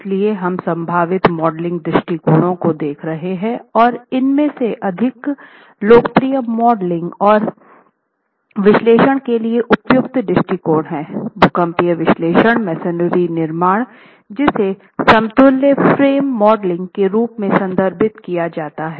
इसलिए हम संभावित मॉडलिंग दृष्टिकोणों को देख रहे हैं और इनमे से अधिक लोकप्रिय मॉडलिंग और विश्लेषण के लिए उपयुक्त दृष्टिकोण है भूकंपीय विश्लेषण मेसनरीनिर्माण जिसे समतुल्य फ़्रेम मॉडलिंग के रूप में संदर्भित किया जाता है